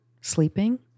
sleeping